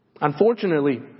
unfortunately